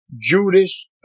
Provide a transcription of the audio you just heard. Judas